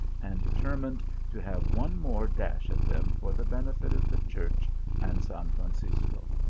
and determined to have one more dash at them for the benefit of the church and san fran cisco.